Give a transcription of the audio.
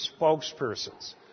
spokespersons